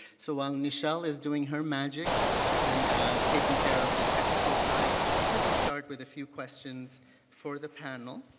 so while michelle is doing her magic and taking care of the technical side, i will start with a few questions for the panel.